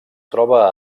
troba